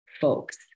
folks